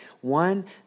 one